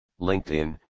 linkedin